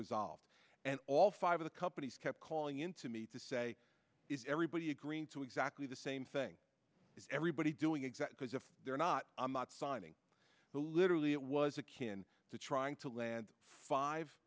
resolved and all five of the companies kept calling in to me to say is everybody agreeing to exactly the same thing is everybody doing exact because if they're not i'm not signing the literally it was akin to trying to land five